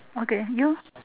okay you